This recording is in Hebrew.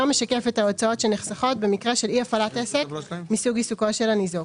משקף את ההוצאות שנחסכות במקרה של אי-הפעלת עסק מסוג עיסוקו של הניזוק,